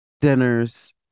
dinners